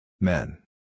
Men